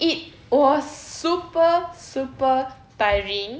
it was super super tiring